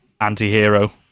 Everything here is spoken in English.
anti-hero